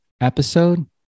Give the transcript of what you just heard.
episode